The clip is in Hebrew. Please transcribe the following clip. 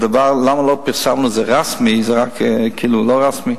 למה לא פרסמנו את זה רשמי, או לא רשמי,